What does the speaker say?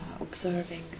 observing